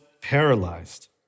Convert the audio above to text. paralyzed